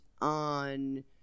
on